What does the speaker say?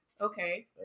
Okay